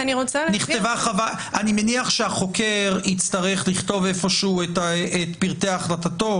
אני מניח שהחוקר יצטרך לכתוב איפשהו את פרטי החלטתו.